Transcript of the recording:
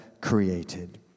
created